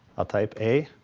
i'll type a,